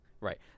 Right